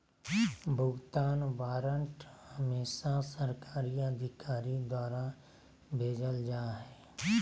भुगतान वारन्ट हमेसा सरकारी अधिकारी द्वारा भेजल जा हय